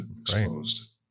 exposed